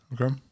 Okay